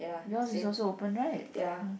yours is also open right